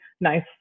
nice